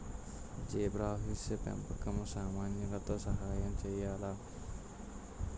Zebrafish పెంపకం సమస్యలతో సహాయం చేయాలా?